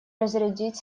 разрядить